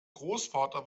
großvater